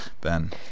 Ben